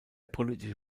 politische